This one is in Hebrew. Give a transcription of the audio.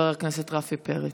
השר רפי פרץ,